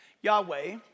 Yahweh